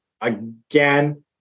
again